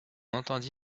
entendit